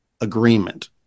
agreement